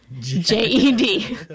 j-e-d